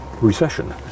recession